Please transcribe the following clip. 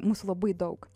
mūsų labai daug